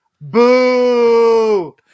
Boo